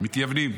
מתייוונים.